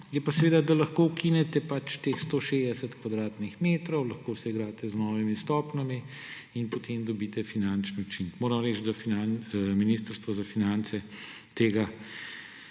je pa seveda, da lahko ukinete pač teh 160 kvadratnih metrov, lahko se igrate z novimi stopnjami in potem dobite finančni učinek. Moram reči, da Ministrstvo za finance tega